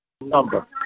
number